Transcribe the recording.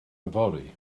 fory